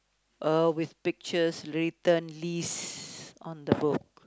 uh with pictures written lease on the book